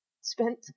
spent